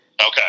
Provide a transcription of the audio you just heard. Okay